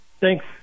Thanks